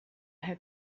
how